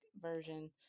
version